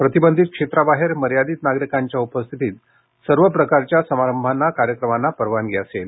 प्रतिबंधित क्षेत्राबाहेर मर्यादित नागरिकांच्या उपस्थितीत सर्व प्रकारच्या समारंभांना कार्यक्रमांना परवानगी असेल